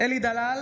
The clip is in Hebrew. אלי דלל,